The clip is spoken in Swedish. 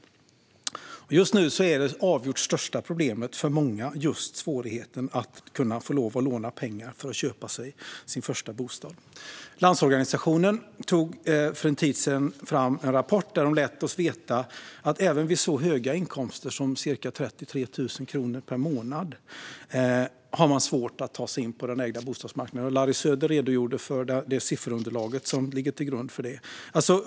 I dag är det avgjort största problemet för många just svårigheten att få låna pengar för att köpa den första bostaden. Landsorganisationen tog för en tid sedan fram en rapport som visade att även vid så hög inkomst som ca 33 000 i månaden är det svårt att ta sig in på marknaden för ägda bostäder, och Larry Söder redogjorde för det sifferunderlag som ligger till grund för det.